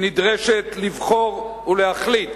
היא נדרשת לבחור ולהחליט